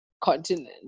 continent